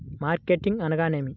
Marketing అనగానేమి?